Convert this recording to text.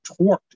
torqued